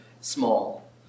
small